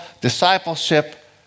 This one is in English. discipleship